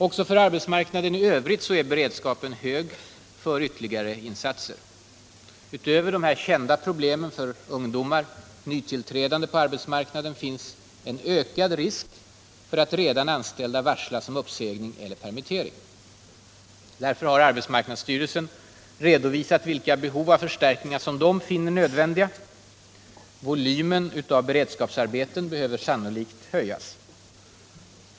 Också för arbetsmarknaden i övrigt är beredskapen för ytterligare insatser hög. Utöver de kända problemen för nytillträdande ungdomar på arbetsmark naden finns en ökad risk för att redan anställda varslas om uppsägning eller permittering. Därför har arbetsmarknadsstyrelsen redovisat vilka behov av förstärkningar som styrelsen finner nödvändiga. Volymen av beredskapsarbeten behöver sannolikt höjas.